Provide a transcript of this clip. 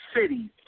city